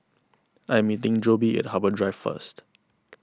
I am meeting Jobe at Harbour Drive first